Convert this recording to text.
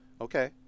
Okay